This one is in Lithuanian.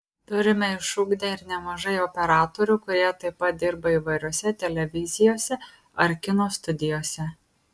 turime išugdę ir nemažai operatorių kurie taip pat dirba įvairiose televizijose ar kino studijose